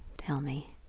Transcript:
tell me,